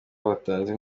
batanze